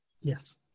yes